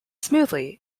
smoothly